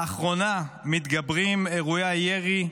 לאחרונה מתגברים אירועי הירי,